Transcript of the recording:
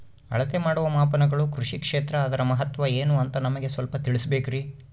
ಅಳತೆ ಮಾಡುವ ಮಾಪನಗಳು ಕೃಷಿ ಕ್ಷೇತ್ರ ಅದರ ಮಹತ್ವ ಏನು ಅಂತ ನಮಗೆ ಸ್ವಲ್ಪ ತಿಳಿಸಬೇಕ್ರಿ?